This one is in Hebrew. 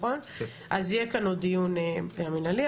אז יהיה כאן עוד דיון המנהלי,